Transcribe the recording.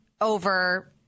over